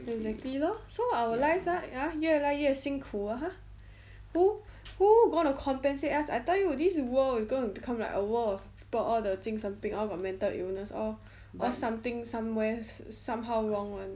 exactly lor so our life right ah 越来越辛苦 ah !huh! who who going to compensate us I tell you this world is going to become like a world of people all the 精神病 all the mental illness all [what] something somewhere somehow wrong [one]